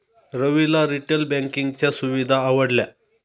रविला रिटेल बँकिंगच्या सुविधा आवडल्या